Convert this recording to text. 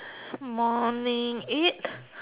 morning eight